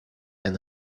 and